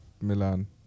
milan